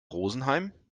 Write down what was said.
rosenheim